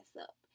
up